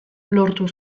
lortu